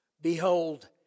Behold